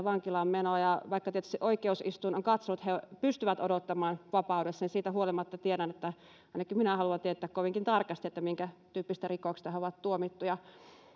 vankilaan menoa vaikka tietysti oikeusistuin on katsonut että he pystyvät odottamaan vapaudessa niin siitä huolimatta ainakin minä haluan tietää kovinkin tarkasti minkä tyyppisistä rikoksista he ovat tuomittuja